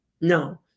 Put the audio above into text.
No